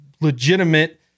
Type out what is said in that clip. legitimate